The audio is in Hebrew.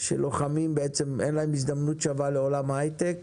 שלוחמים בעצם אין להם הזדמנות שווה לעולם ההייטק,